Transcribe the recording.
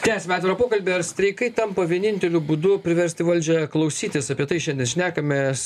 tęsiame atvirą pokalbį ar streikai tampa vieninteliu būdu priversti valdžią klausytis apie tai šiandien šnekamės